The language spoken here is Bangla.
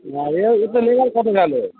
হ্যাঁ এ এতে লেবার কতো গেলো